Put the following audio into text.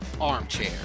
armchair